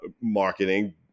marketing